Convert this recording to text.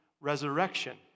resurrection